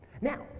Now